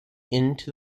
into